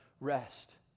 rest